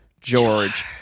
George